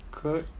could